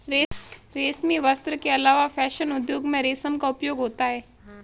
रेशमी वस्त्र के अलावा फैशन उद्योग में रेशम का उपयोग होता है